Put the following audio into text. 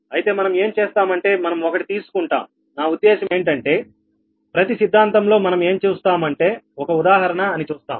అయితే మనం ఏం చేస్తామంటే మనం ఒకటి తీసుకుంటాం నా ఉద్దేశ్యం ఏంటంటే ప్రతి సిద్ధాంతంలో మనం ఏం చూస్తాం అంటే ఒక ఉదాహరణ అని చూస్తాం